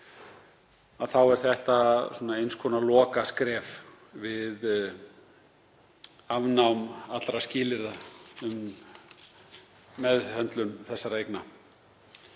er þetta eins konar lokaskref við afnám allra skilyrða um meðhöndlun þessara eigna.